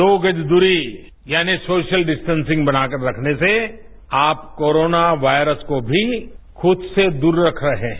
दो गज दूरी यानी सोशल डिस्टेसिंग बनाकर रखने से आप कोरोना वायरस को भी खुद से दूर रख रहे हैं